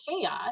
chaos